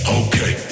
okay